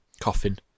coffin